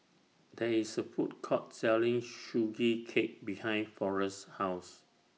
There IS A Food Court Selling Sugee Cake behind Forest's House